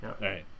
right